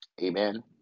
amen